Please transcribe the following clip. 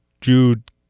Jude